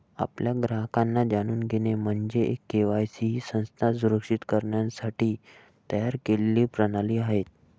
आपल्या ग्राहकांना जाणून घेणे म्हणजे के.वाय.सी ही संस्था सुरक्षित करण्यासाठी तयार केलेली प्रणाली आहे